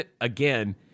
again